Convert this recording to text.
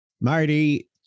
Marty